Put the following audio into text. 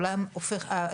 נניח,